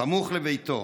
סמוך לביתו.